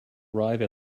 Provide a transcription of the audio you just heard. arrive